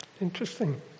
Interesting